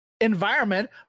environment